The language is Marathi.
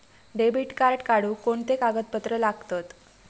डेबिट कार्ड काढुक कोणते कागदपत्र लागतत?